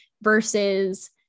versus